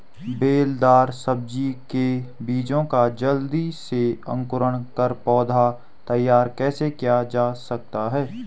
बेलदार सब्जी के बीजों का जल्दी से अंकुरण कर पौधा तैयार कैसे किया जा सकता है?